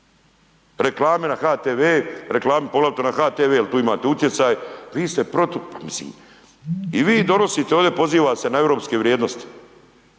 reklame na HTV, poglavito na HTV jel tu imate utjecaj. Mislim i vi donosite ovdje poziva se na europske vrijednosti.